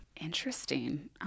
Interesting